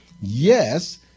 Yes